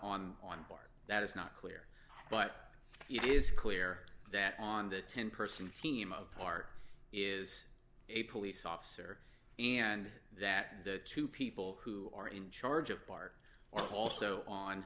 on one part that is not clear but it is clear that on the ten person team of part is a police officer and that the two people who are in charge of bart also on